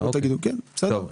אם תגידו כן, בסדר.